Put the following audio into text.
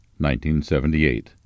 1978